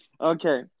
Okay